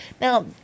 Now